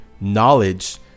knowledge